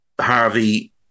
Harvey